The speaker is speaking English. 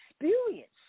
experience